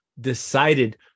decided